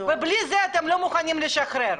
ובלי זה אתם לא מוכנים לשחרר.